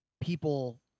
People